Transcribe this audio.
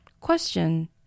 Question